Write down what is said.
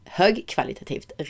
högkvalitativt